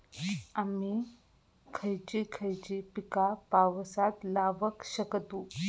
आम्ही खयची खयची पीका पावसात लावक शकतु?